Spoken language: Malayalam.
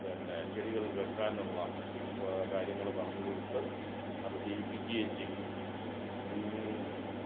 പിന്നെ ചെടികൾ വെക്കാനുള്ള കാര്യങ്ങൾ പറഞ്ഞു കൊടുത്ത് അത് ചെയ്യിപ്പിക്കുകയും ചെയ്തു